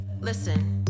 listen